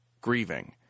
grieving